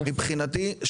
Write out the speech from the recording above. מבחינתי,